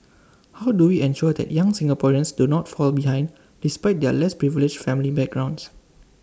how do we ensure that young Singaporeans do not fall behind despite their less privileged family backgrounds